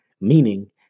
meaning